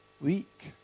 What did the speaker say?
week